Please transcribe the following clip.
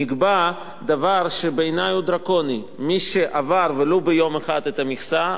נקבע דבר שבעיני הוא דרקוני: מי שעבר ולו ביום אחד את המכסה,